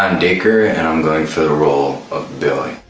um dacre and i'm going for the role of billy.